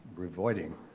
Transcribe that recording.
avoiding